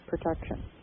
protection